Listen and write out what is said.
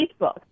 Facebook